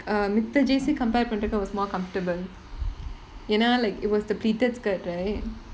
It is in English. uh மத்த:mattha J_C compare பண்றபோ:pandrappo was more comfortable ஏன்னா:yaeanna it was the pleated skirt right